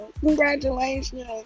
Congratulations